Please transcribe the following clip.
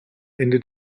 ende